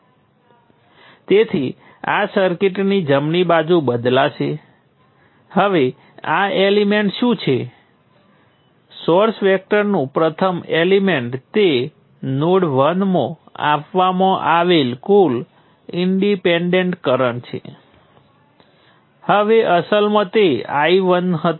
હવે જો હું આ બે સમીકરણોનો સરવાળો કરું તો મને શું મળશે આ I12 દૂર થશે અને આપણી પાસે V1 ગુણ્યા G11 વત્તા V2 ગુણ્યા G22 વત્તા G23 ઓછા V3 ગુણ્યા G13 બરાબર 0 થશે